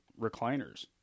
recliners